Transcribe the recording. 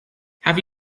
have